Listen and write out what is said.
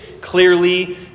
clearly